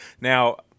Now